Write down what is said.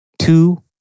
Two